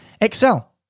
excel